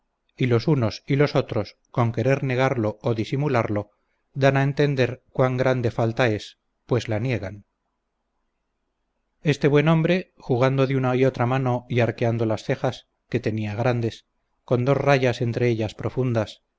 y los unos y los otros con querer negarlo o disimularlo dan a entender cuán grande falta es pues la niegan este buen hombre jugando de una y otra mano y arqueando las cejas que tenía grandes con dos rayas entre ellas profundas